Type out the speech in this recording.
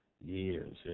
years